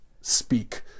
speak